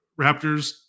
Raptors